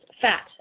fat